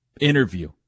interview